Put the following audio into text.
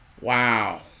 Wow